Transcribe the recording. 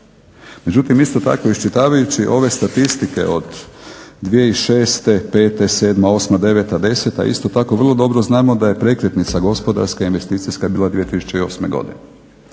Međutim, isto tako iščitavajući ove statistike od 2006.,2005., 2007., 2008., 2009., 2010., isto tako vrlo dobro znamo da je prekretnica gospodarska, investicijska bila 2008. godine.